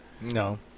No